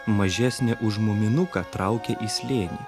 mažesnė už muminuką traukė į slėnį